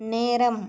நேரம்